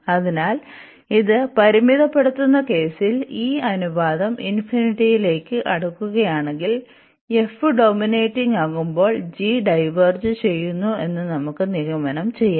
അതിനാൽ ഇത് പരിമിതപ്പെടുത്തുന്ന കേസിൽ ഈ അനുപാതം ഇൻഫിനിറ്റിയിലേക്ക് അടുക്കുകയാണെങ്കിൽ f ഡോമിനേറ്റിംഗ് ആകുമ്പോൾ g ഡൈവേർജ് ചെയ്യുന്നു എന്ന് നമുക്ക് നിഗമനം ചെയ്യാം